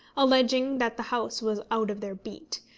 alleging that the house was out of their beat,